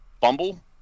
fumble